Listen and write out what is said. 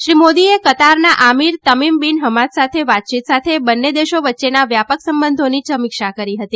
શ્રી મોદીએ કતારના અમીર તમીમ બીન ફમાદ સાથે વાતયીત સાથે બંને દેશો વચ્ચેના વ્યાપક સંબંધોની સમીક્ષા કરી હતી